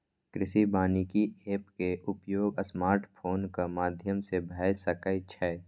कृषि वानिकी एप के उपयोग स्मार्टफोनक माध्यम सं भए सकै छै